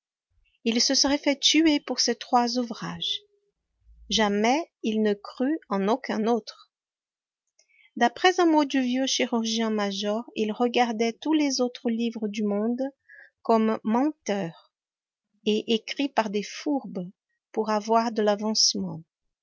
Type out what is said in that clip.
il se serait fait tuer pour ces trois ouvrages jamais il ne crut en aucun autre d'après un mot du vieux chirurgien-major il regardait tous les autres livres du monde comme menteurs et écrits par des fourbes pour avoir de l'avancement